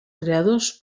creadors